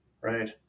right